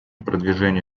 продвижение